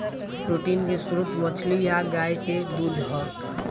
protein के स्त्रोत मछली आ गाय के दूध ह